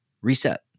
reset